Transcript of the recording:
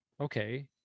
okay